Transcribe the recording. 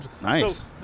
Nice